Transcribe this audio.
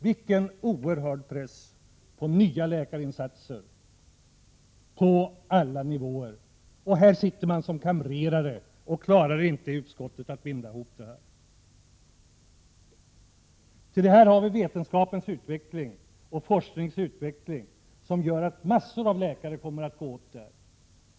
Vilken oerhörd press på nya läkarinsatser på alla nivåer! Och här sitter man i utskottet som kamrerare och klarar inte av att binda ihop det hela! Till detta kommer vetenskapens och forskningens utveckling, som gör att massor av läkare kommer att gå dit.